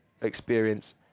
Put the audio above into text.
experience